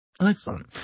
Excellent